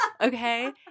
Okay